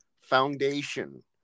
foundation